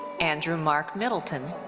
andrew mark middleton.